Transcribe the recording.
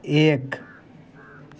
एक